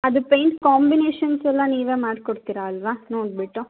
ಅದು paint combinations ಎಲ್ಲ ನೀವೆ ಮಾಡಿಕೊಡ್ತೀರಾ ಅಲ್ವ ನೋಡಿಬಿಟ್ಟು